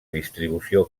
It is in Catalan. distribució